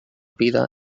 vida